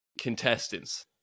contestants